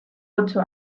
ocho